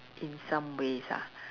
in some ways ah